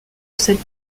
cette